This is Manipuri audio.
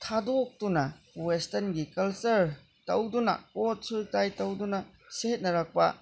ꯊꯥꯗꯣꯛꯇꯨꯅ ꯋꯦꯁꯇꯔꯟꯒꯤ ꯀꯜꯆꯔ ꯇꯧꯗꯨꯅ ꯀꯣꯠ ꯁꯨꯠ ꯇꯥꯏ ꯇꯧꯗꯨꯅ ꯁꯦꯠꯅꯔꯛꯄ